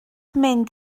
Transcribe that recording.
mynd